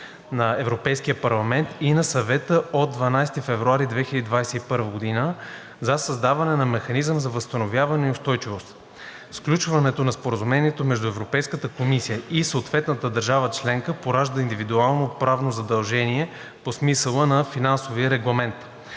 на Европейския парламент и на Съвета от 12 февруари 2021 г. за създаване на Механизъм за възстановяване и устойчивост. Сключването на Споразумение между Европейската комисия и съответната държава членка поражда индивидуално правно задължение по смисъла на Финансовия регламент.